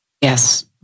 Yes